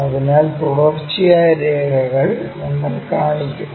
അതിനാൽ തുടർച്ചയായ രേഖകൾ നമ്മൾ കാണിക്കും